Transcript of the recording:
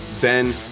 Ben